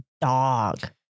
dog